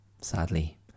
Sadly